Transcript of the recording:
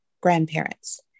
grandparents